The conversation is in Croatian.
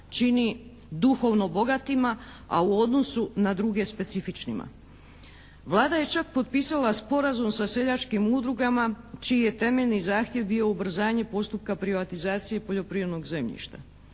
čini duhovno bogatima, a u odnosu na druge specifičnima. Vlada je čak potpisala sporazum sa seljačkim udrugama čiji je temeljni zahtjev bio ubrzanje postupka privatizacije poljoprivrednog zemljišta.